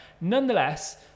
nonetheless